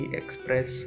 express